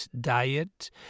diet